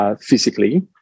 Physically